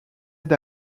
vous